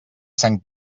sant